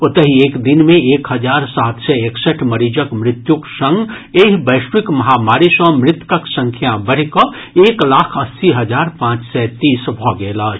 ओतहि एक दिन मे एक हजार सात सय एकसठि मरीजक मृत्युक संग एहि वैश्विक महामारी सँ मृतकक संख्या बढ़ि कऽ एक लाख अस्सी हजार पांच सय तीस भऽ गेल अछि